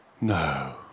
No